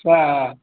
तऽ